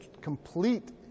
complete